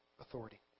authority